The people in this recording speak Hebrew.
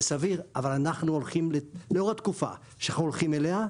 סביר אבל לאור התקופה שאנחנו הולכים אליה,